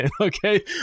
Okay